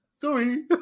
Sorry